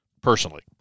personally